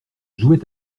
jouait